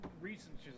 recent